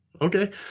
Okay